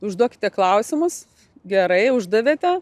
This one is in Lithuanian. užduokite klausimus gerai uždavėte